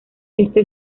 este